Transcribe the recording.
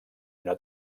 una